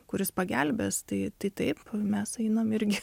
kuris pagelbės tai tai taip mes einam irgi